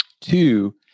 Two